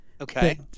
Okay